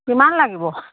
কিমান লাগিব